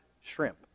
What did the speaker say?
shrimp